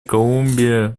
колумбия